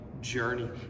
Journey